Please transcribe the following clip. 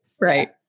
right